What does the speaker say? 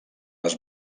les